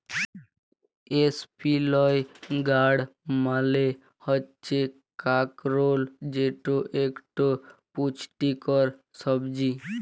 ইসপিলই গাড় মালে হচ্যে কাঁকরোল যেট একট পুচটিকর ছবজি